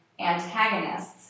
antagonists